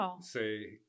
say